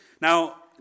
Now